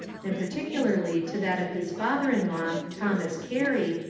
and particularly to that of his father-in-law, thomas gary,